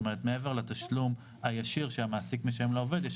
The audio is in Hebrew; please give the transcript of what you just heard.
מעבר לתשלום הישיר שהמעסיק משלם לעובד יש